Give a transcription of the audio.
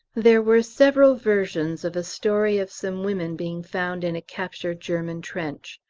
there were several versions of a story of some women being found in a captured german trench.